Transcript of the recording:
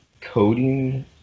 coding